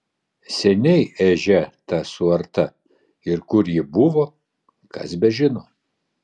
seniai ežia ta suarta ir kur ji buvo kas bežino